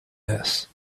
this